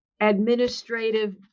administrative